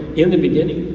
in the beginning,